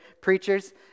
preachers